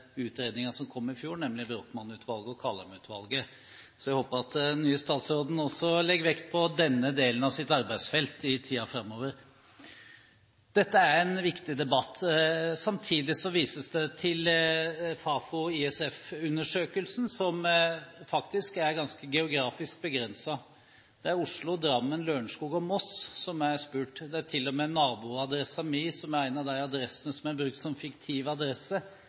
som kom i fjor, nemlig fra Brochmann-utvalget og Kaldheim-utvalget. Så jeg håper at den nye statsråden også legger vekt på denne delen av sitt arbeidsfelt i tiden framover. Dette er en viktig debatt. Samtidig vises det til Fafo- og ISF-undersøkelsen, som faktisk er ganske geografisk begrenset. Det er Oslo, Drammen, Lørenskog og Moss som er spurt. Det er til og med naboadressen min som er en av de adressene som er brukt som